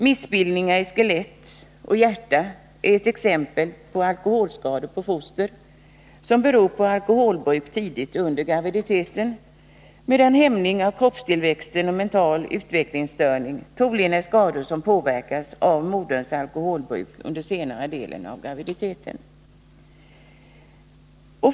Missbildningar i skelett och hjärta är exempel på alkoholskador på foster som beror på alkoholbruk tidigt under graviditeten, medan hämning av kroppstillväxten och mental utvecklingsstörning troligen är skador som påverkas av moderns alkoholbruk under senare delen av graviditeten.